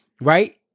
right